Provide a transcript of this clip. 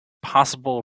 possible